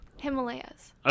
Himalayas